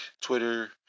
Twitter